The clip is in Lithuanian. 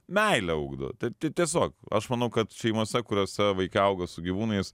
meilę ugdo tai tiesiog aš manau kad šeimose kuriose vaikai auga su gyvūnais